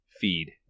feed